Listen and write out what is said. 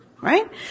Right